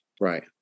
Right